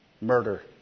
murder